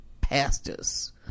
pastors